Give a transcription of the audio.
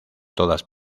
todas